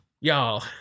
Y'all